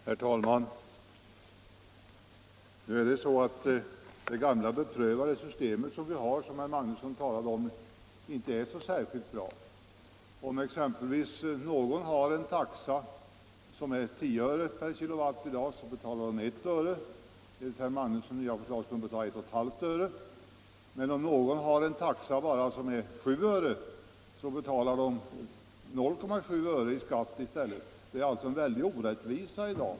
Herr talman! Det gamla beprövade system som nu tillämpas och som berördes av herr Magnusson i Borås är inte så särskilt bra. Den som i dag betalar elkraft enligt en taxa innebärande 10 öre kWh i skatt. Enligt herr Magnussons förslag skulle samma förbrukare i stället få betala 1,5 öre i skatt. Den som betalar enligt en taxa på bara 7 öre kWh. Förhållandena är alltså i dag högst orättvisa.